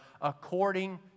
according